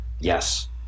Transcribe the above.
Yes